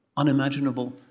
Unimaginable